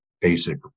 basic